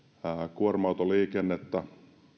kuorma autoliikennettä